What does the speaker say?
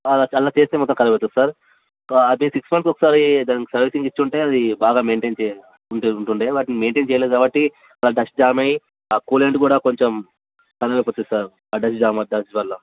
అలా చేస్తే మాత్రం కదులుతుంది సార్ అది సిక్స్ మంత్స్కి ఒకసారి దానికి సర్వీసింగ్ ఇచ్చి ఉంటే అది బాగా మెయింటైన్ చేయి ఉంట ఉంటు ఉండే బట్ మెయింటైన్ చేయలేదు కాబట్టి అక్కడ డస్ట్ జామ్ అయ్యి ఆ కూలెంట్ కూడా కొంచెం పనిలోకి వచ్చేది సార్ ఆ డస్ట్ జామ్ అయ్యి డస్ట్ వల్ల